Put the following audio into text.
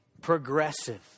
Progressive